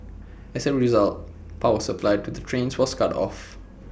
as A result power supply to the trains was cut off